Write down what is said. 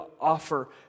offer